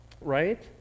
Right